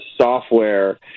software